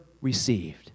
received